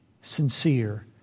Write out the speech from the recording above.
sincere